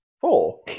four